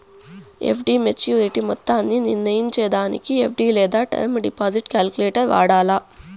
FD maturity మొత్తాన్ని నిర్నయించేదానికి FD లేదా టర్మ్ డిపాజిట్ కాలిక్యులేటరును వాడాల